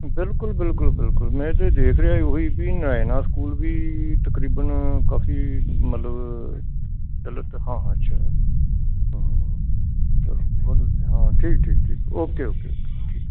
ਬਿਲਕੁਲ ਬਿਲਕੁਲ ਬਿਲਕੁਲ ਮੈਂ ਤਾਂ ਦੇਖ ਰਿਹਾ ਉਹ ਹੀ ਵੀ ਨਰਾਇਣਾ ਸਕੂਲ ਵੀ ਤਕਰੀਬਨ ਕਾਫ਼ੀ ਮਤਲਬ ਪ੍ਰਚਲਿਤ ਹਾਂ ਹਾਂ ਅੱਛਾ ਹਾਂ ਹਾਂ ਹਾਂ ਚਲੋ ਬਹੁਤ ਵਧੀਆ ਹਾਂ ਠੀਕ ਠੀਕ ਠੀਕ ਓਕੇ ਓਕੇ ਓਕੇ ਠੀਕ